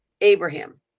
Abraham